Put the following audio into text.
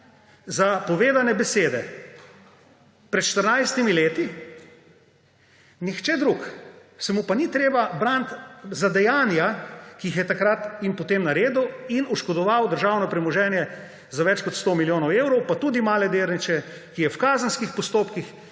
za povedane besede pred 14 leti, nihče drug se mu pa ni treba braniti za dejanja, ki jih je takrat in potem naredil in oškodoval državno premoženje za več kot 100 milijonov evrov, pa tudi male delničarje, ki je v kazenskih postopkih,